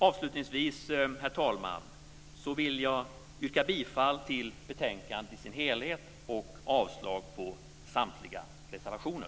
Avslutningsvis, herr talman, vill jag yrka bifall till hemställan i betänkandet i dess helhet och avslag på samtliga reservationer.